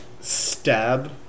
stab